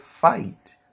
fight